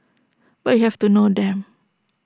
but you have to know them